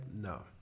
No